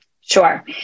Sure